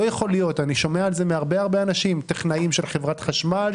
אני שומע על זה מהרבה אנשים - טכנאים של חברת חשמל,